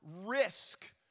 risk